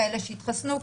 כאלה שהתחסנו,